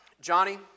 Johnny